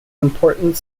important